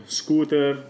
scooter